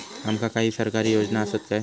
आमका काही सरकारी योजना आसत काय?